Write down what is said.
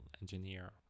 engineer